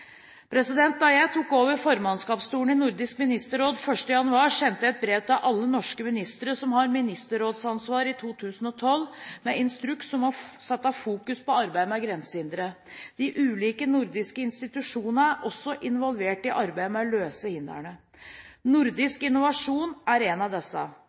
Da jeg overtok formannskapsstolen i Nordisk ministerråd den 1. januar, sendte jeg et brev til alle norske ministre som har ministerrådsansvar i 2012, med instruks om å sette fokus på arbeidet med grensehindre. De ulike nordiske institusjonene er også involvert i arbeidet med å løse hindrene. Nordisk Innovasjon er en av disse.